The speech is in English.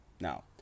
Now